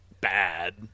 bad